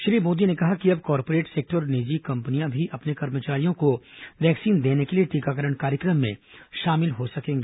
श्री मोदी ने कहा कि अब कॉर्पोरेट सेक्टर और निजी कंपनियां भी अपने कर्मचारियों को वैक्सीन देने के लिए टीकाकरण कार्यक्रम में शामिल हो सकेंगी